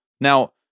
Now